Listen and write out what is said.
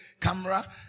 camera